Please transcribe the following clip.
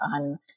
on